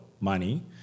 money